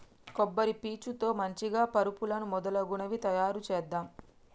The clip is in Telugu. కొబ్బరి పీచు తో మంచిగ పరుపులు మొదలగునవి తాయారు చేద్దాం